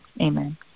amen